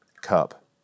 cup